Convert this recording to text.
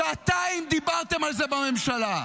אוהו --- שעתיים דיברתם על זה בממשלה.